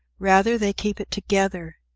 rather they keep it together.